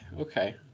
Okay